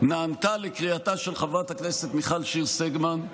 נענתה לקריאתה של חברת הכנסת מיכל שיר סגמן,